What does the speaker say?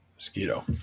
Mosquito